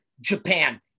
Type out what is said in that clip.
Japan